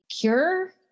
cure